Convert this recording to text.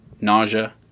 nausea